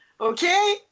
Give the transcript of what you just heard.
okay